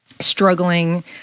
struggling